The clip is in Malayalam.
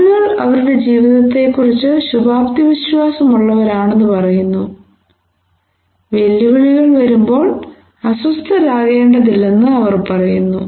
ആളുകൾ അവരുടെ ജീവിതത്തെക്കുറിച്ച് ശുഭാപ്തി വിശ്വാസമുള്ളവരാണെന്ന് പറയുന്നു വെല്ലുവിളികൾ വരുമ്പോൾ അസ്വസ്ഥരാകേണ്ടതില്ലെന്ന് അവർ പറയുന്നു